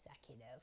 executive